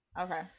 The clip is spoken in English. okay